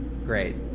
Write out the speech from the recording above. Great